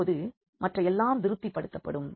இப்பொழுது மற்ற எல்லாம் திருப்திபடுத்தப்படும்